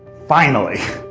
finally,